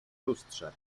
lustrze